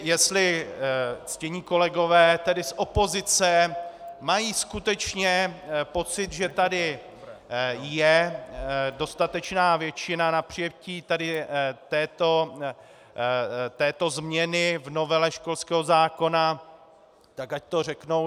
Jestli ctění kolegové, tedy z opozice, mají skutečně pocit, že tady je dostatečná většina na přijetí tady této změny v novele školského zákona, tak ať to řeknou.